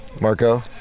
marco